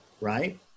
Right